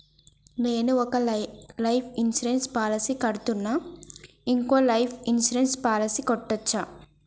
నేను ఒక life insurance policy కడ్తున్నా, ఇంకో లైఫ్ ఇన్సూరెన్స్ పాలసీ కట్టొచ్చా?